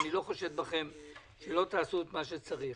ואני לא חושד שלא תעשו מה שצריך,